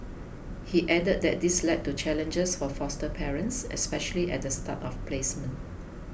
he added that this led to challenges for foster parents especially at the start of placement